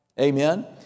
Amen